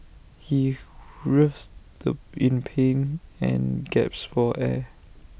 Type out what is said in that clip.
he writhed the in pain and gasped for air